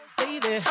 baby